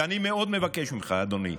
ואני מאוד מבקש ממך, אדוני,